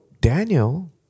Daniel